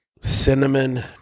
Cinnamon